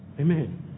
Amen